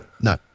No